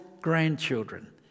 grandchildren